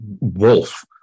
Wolf